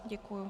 Děkuji.